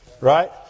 Right